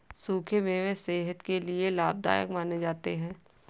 सुखे मेवे सेहत के लिये लाभदायक माने जाते है